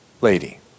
lady